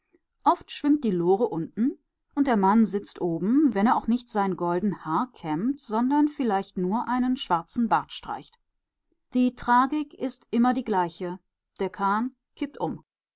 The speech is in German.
oft schwimmt die lore unten und der mann sitzt oben wenn er sich auch nicht sein golden haar kämmt sondern vielleicht nur einen schwarzen bart streicht die tragik ist immer die gleiche der kahn kippt um